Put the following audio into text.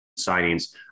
signings